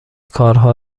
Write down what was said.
کارها